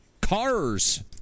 cars